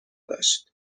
داشت